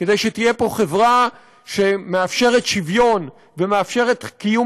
כדי שתהיה פה חברה שמאפשרת שוויון ומאפשרת קיום